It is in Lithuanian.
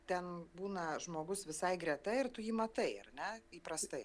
ten būna žmogus visai greta ir tu jį matai ar ne įprastai